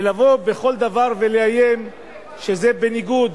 ולבוא בכל דבר, ולאיים שזה בניגוד